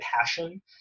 passion